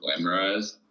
glamorized